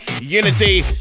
unity